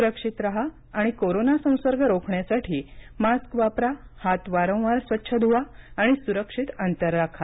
सुरक्षित राहा आणि कोरोना संसर्ग रोखण्यासाठी मास्क वापरा हात वारंवार स्वच्छ धुवा सुरक्षित अंतर ठेवा